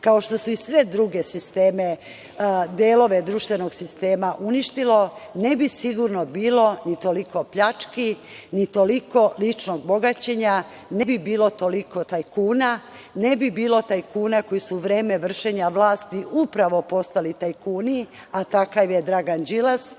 kao što su i sve druge delove društvenog sistema uništili, ne bi sigurno bilo ni toliko pljački, ni toliko ličnog bogaćenja, ne bi bilotoliko tajkuna, ne bi bilo tajkuna koji su u vreme vršenja vlasti upravo postali tajkuni, a takav je Dragan Đilas,